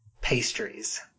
pastries